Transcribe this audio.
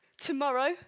Tomorrow